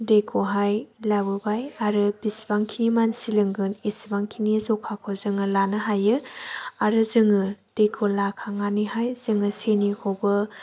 दैखौहाय लाबोबाय आरो बिसिबांखि मानसि लोंगोन इसिबांखिनि जखाखौ जोङो लानो हायो आरो जोङो दैखौ लाखांनानैहाय जोङो सिनिखौबो